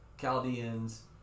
Chaldeans